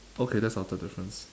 okay that's our third difference